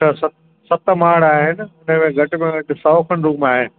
छह सत सत माड़ा आहिनि उनमें घटि में घटि सौ खनि रूम आहिनि